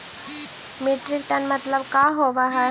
Metric ton मतलब का होव हइ?